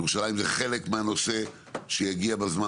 ירושלים זה חלק מהנושא שיגיע בזמן